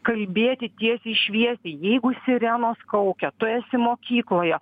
kalbėti tiesiai šviesiai jeigu sirenos kaukia tu esi mokykloje